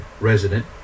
resident